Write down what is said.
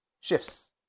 Shifts